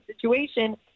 situation